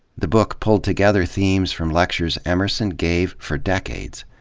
the book pulled together themes from lectures emerson gave for decades,